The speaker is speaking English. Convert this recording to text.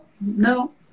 no